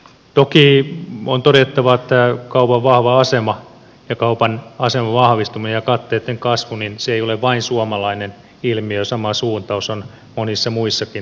toki on todettava että kaupan vahva asema ja kaupan aseman vahvistuminen ja katteitten kasvu ei ole vain suomalainen ilmiö sama suuntaus on monissa muissakin eurooppalaisissa maissa